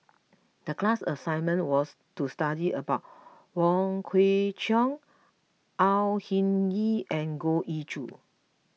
the class assignment was to study about Wong Kwei Cheong Au Hing Yee and Goh Ee Choo